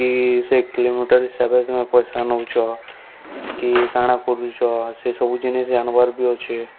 କି ସେ କିଲୋମିଟର ହିସାବରେ ତମେ ପଇସା ନଉଛ କି କାଣା କରୁୁଛ ସେ ସବୁ ଜିନିଷ ଆଣବାର ବି ଅଛେ